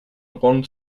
ron